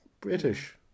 British